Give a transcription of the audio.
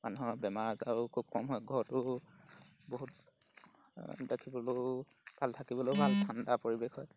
মানুহৰ বেমাৰ আজাৰো খুব কম হয় ঘৰটো বহুত দেখিবলৈও ভাল থাকিবলৈও ভাল ঠাণ্ডা পৰিৱেশ হয়